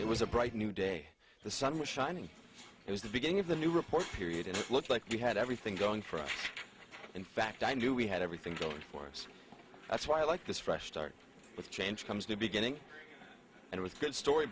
there was a bright new day the sun was shining it was the beginning of the new report period and it looked like we had everything going for us in fact we had everything going for us that's why i like this fresh start with change comes the beginning and with good story